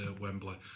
Wembley